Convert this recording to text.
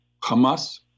Hamas